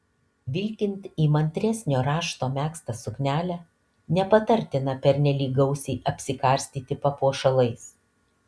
vilkint įmantresnio rašto megztą suknelę nepatartina pernelyg gausiai apsikarstyti papuošalais